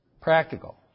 practical